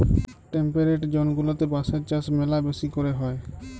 temperate zone গুলাতে বাঁশের চাষ ম্যালা বেশি ক্যরে হ্যয়